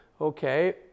Okay